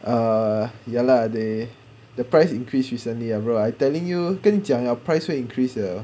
ah ya lah they the price increase recently ah bro I telling you 跟讲了 price 会 increase 的